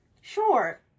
Sure